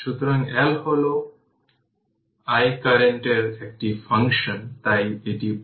সুতরাং এখন চিত্র 25 এ দেখানো N ইন্ডাক্টরগুলির প্যারালাল কানেকশন বিবেচনা করুন ইন্ডাক্টরগুলির তাদের জুড়ে একই ভোল্টেজ রয়েছে